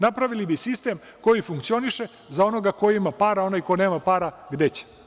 Napravili bi sistem koji funkcioniše za onoga ko ima para, a onaj ko nema para, gde će?